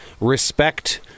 respect